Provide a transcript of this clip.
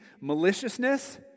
maliciousness